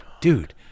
dude